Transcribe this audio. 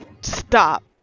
stop